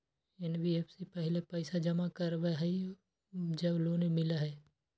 NBFC पहले पईसा जमा करवहई जब लोन मिलहई?